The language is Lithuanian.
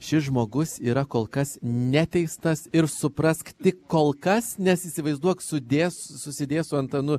šis žmogus yra kol kas neteistas ir suprask tik kol kas nes įsivaizduok sudės susidės su antanu